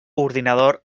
ordinador